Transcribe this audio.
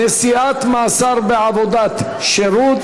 נשיאת מאסר בעבודת שירות),